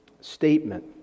statement